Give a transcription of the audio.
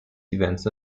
events